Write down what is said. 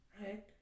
right